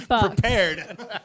prepared